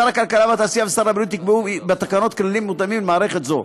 שר הכלכלה והתעשייה ושר הבריאות יקבעו בתקנות כללים מותאמים למערכת זו.